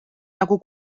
nagu